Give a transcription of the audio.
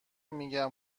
میگن